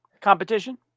competition